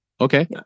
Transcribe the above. Okay